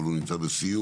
אבל הוא נמצא בסיור.